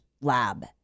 lab